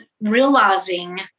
realizing